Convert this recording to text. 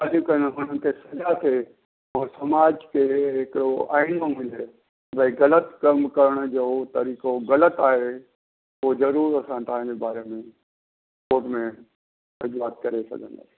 अॼुकल्ह हुननि खे सजा थिए ऐं समाज खे हिकिड़ो आइनो मिले भई ग़लति कमु करण जो तरीक़ो ग़लति आहे पोइ ज़रूर असां तव्हांजे बारे में कोट में सॼी वात करे सघंदासीं